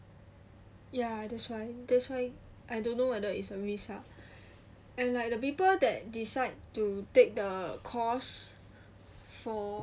yeah that's why that's why I don't know whether it's a waste ah and like the people that decide to take the course for